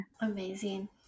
Amazing